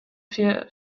wir